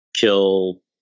kill